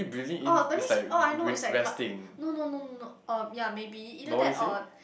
orh that means orh I know it's like no no no no uh ya maybe either that or